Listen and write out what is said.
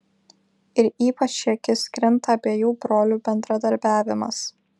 ir ypač į akis krinta abiejų brolių bendradarbiavimas